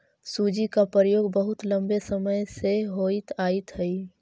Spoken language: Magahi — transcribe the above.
सूजी का प्रयोग बहुत लंबे समय से होइत आयित हई